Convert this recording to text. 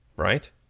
right